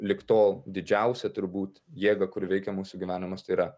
lig tol didžiausią turbūt jėgą kuri veikia mūsų gyvenimus tai yra